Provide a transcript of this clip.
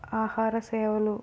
ఆహార సేవలు